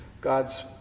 God's